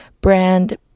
brand